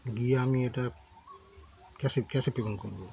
গিয়ে আমি এটা ক্যাশে ক্যাশে পেমেন্ট করব